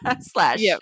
slash